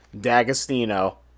D'Agostino